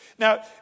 Now